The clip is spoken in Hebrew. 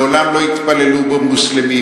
מעולם לא התפללו בו מוסלמים.